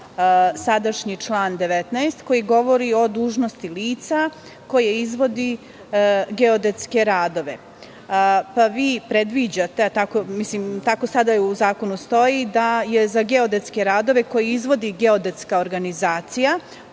sadašnji član 19. koji govori o dužnosti lica koje izvodi geodetske radovi. Predviđate, tako stoji u zakonu, da je za geodetske radove koje izvodi geodetska organizacija